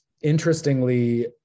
interestingly